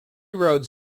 road